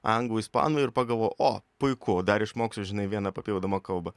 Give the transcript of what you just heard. anglų ispanų ir pagalvojau o puiku dar išmoksiu žinai vieną papildomą kalbą